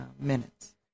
minutes